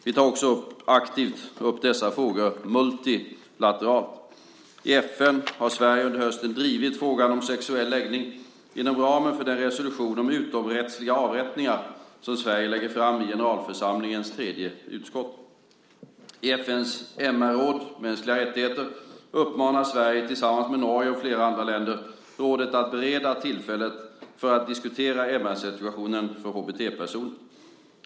Vi tar också aktivt upp dessa frågor multilateralt: I FN har Sverige under hösten drivit frågan om sexuell läggning inom ramen för den resolution om utomrättsliga avrättningar som Sverige lägger fram i generalförsamlingens tredje utskott. I FN:s MR-råd, som just nu möts i Genève, uppmanar Sverige, tillsammans med Norge och flera andra länder, rådet att bereda tillfälle för att diskutera MR-situationen för HBT-personer.